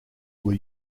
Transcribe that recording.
were